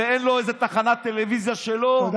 ואין לו איזה תחנת טלוויזיה שלו,